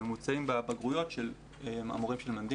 הממוצעים בבגרויות של המורים שמלמדים.